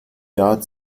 jahr